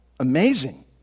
Amazing